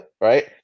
right